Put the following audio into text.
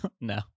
no